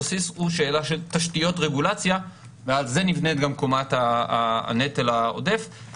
הבסיס הוא שאלה של תשתיות רגולציה ועל זה גם נבנית קומת הנטל העודף.